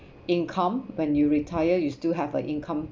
income when you retire you still have a income